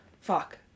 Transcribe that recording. Fuck